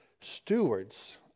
stewards